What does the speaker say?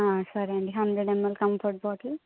సరే అండి hundred ml comfort bottle